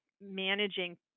managing